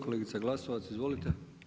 Kolegica Glasovac, izvolite.